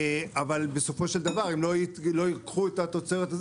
-- מאחר שיחידת מחירי הקרטון שבו נסחרה התוצרת,